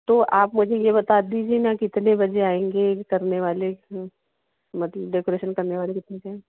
तो आप मुझे ये बता दीजिए ना कितने बजे आएँगे करने वाले मतलब डेकोरेशन करने वाले कितने से हैं